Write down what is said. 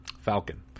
Falcon